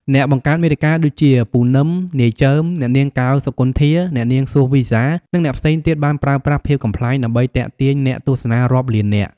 អ្នកបង្កើតមាតិកាដូចជា ពូណឹម, នាយចឺម, អ្នកនាង កែវ សុគន្ធា, អ្នកនាង សួស វីហ្សា, និងអ្នកផ្សេងទៀតបានប្រើប្រាស់ភាពកំប្លែង ដើម្បីទាក់ទាញអ្នកទស្សនារាប់លាននាក់។